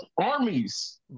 armies